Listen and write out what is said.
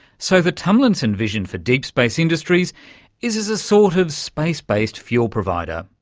so, the tumlinson vision for deep space industries is as a sort of space-based fuel provider,